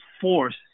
force